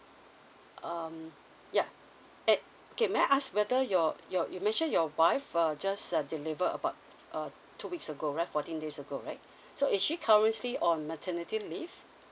um yup at okay may I ask whether your your you mentioned your wife uh just uh deliver about uh two weeks ago right fourteen days ago right so is she currently on maternity leave